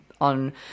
on